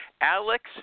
Alex